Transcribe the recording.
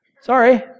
Sorry